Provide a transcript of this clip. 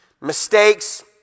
mistakes